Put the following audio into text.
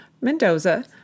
Mendoza